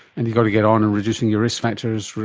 and you've got to get on in reducing your risk factors,